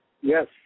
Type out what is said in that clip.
Yes